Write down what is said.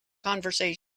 conversation